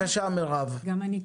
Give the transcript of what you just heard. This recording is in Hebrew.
גם אני,